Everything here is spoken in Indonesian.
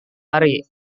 hari